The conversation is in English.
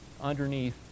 underneath